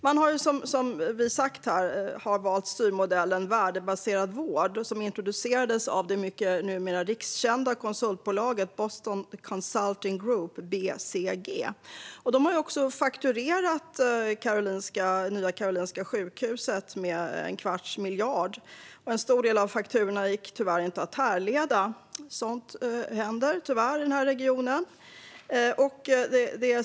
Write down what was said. Man har som sagt valt styrmodellen värdebaserad vård, som introducerades av det numera rikskända konsultbolaget Boston Consulting Group, BCG. De har fakturerat Nya Karolinska sjukhuset en kvarts miljard. En stor del av fakturorna gick tyvärr inte att härleda; sådant händer i den här regionen.